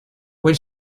when